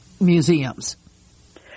museums